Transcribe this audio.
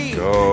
go